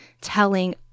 telling